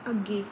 ਅੱਗੇ